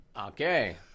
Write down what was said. Okay